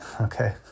Okay